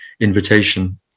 invitation